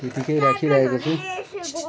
त्यत्तिकै राखिराखेको छु